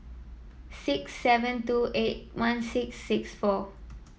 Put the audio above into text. six seven two eight one six six four